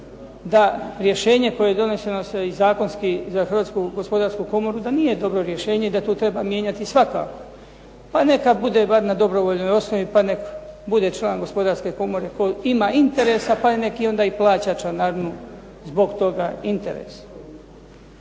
da rješenje koje je doneseno i zakonski za Hrvatsku gospodarsku komoru da nije dobro rješenje i da to treba mijenjati svakako. Pa neka bude bar na dobrovoljnoj osnovi pa nek bude član Gospodarske komore tko ima interesa pa nek onda i plaća članarinu zbog toga interesa.